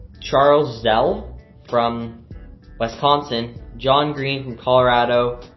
charles zell from wisconsin, john green from colorado,